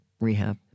rehab